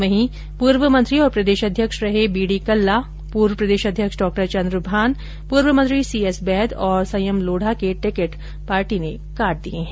वहीं पूर्व मंत्री और प्रदेशाध्यक्ष रहे बी डी कल्ला पूर्व प्रदेशाध्यक्ष डॉ चन्द्रभान पूर्व मंत्री सी एस बैद और संयम लोढ़ा के टिकिट पार्टी ने काट दिये है